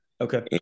Okay